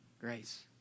grace